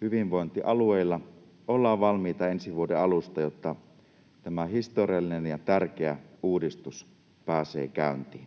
hyvinvointialueilla ollaan valmiita ensi vuoden alusta, jotta tämä historiallinen ja tärkeä uudistus pääsee käyntiin.